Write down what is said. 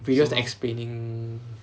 we just explaining